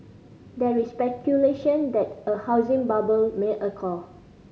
there is speculation that a housing bubble may occur